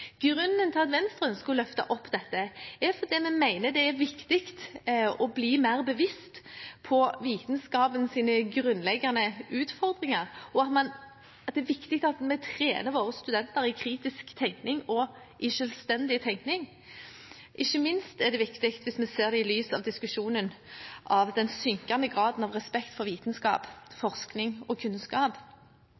Grunnen til at Venstre ønsker å løfte opp dette, er at vi mener det er viktig å bli mer bevisst på vitenskapens grunnleggende utfordringer, og at det er viktig at vi trener våre studenter i kritisk og selvstendig tenkning. Ikke minst er det viktig hvis vi ser det i lys av diskusjonen om den synkende graden av respekt for vitenskap,